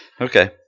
Okay